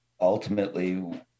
ultimately